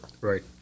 Right